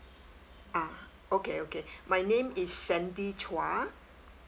uh okay okay my name is sandy chua